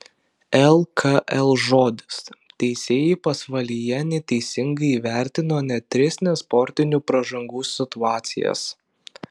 lkl žodis teisėjai pasvalyje neteisingai įvertino net tris nesportinių pražangų situacijas